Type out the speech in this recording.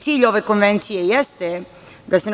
Cilj ove konvencije jeste da se na